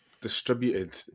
distributed